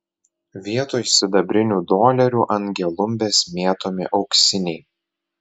vietoj sidabrinių dolerių ant gelumbės mėtomi auksiniai